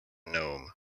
gnome